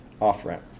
off-ramp